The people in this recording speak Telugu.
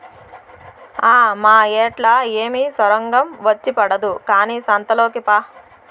ఆ మాయేట్లా ఏమి సొరంగం వచ్చి పడదు కానీ సంతలోకి పా